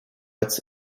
its